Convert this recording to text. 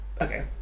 okay